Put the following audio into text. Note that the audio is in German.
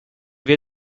wir